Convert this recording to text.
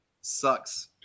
sucks